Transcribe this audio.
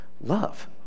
love